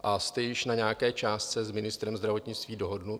A jste již na nějaké částce s ministrem zdravotnictví dohodnut?